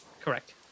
Correct